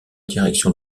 direction